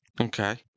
Okay